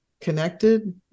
connected